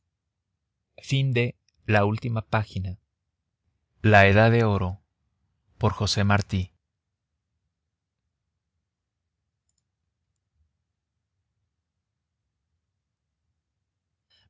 la última página a los niños que lean la edad de oro